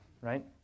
right